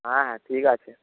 হ্যাঁ হ্যাঁ ঠিক আছে